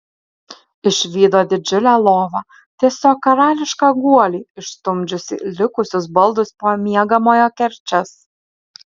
išvydo didžiulę lovą tiesiog karališką guolį išstumdžiusį likusius baldus po miegamojo kerčias